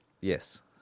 Yes